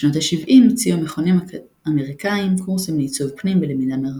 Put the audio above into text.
בשנות ה-70 הציעו מכונים אמריקאים קורסים לעיצוב פנים בלמידה מרחוק.